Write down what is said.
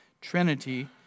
trinity